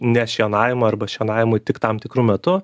nešienavimo arba šienavimui tik tam tikru metu